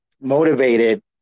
motivated